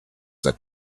that